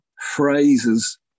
phrases